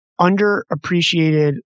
underappreciated